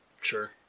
Sure